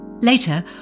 Later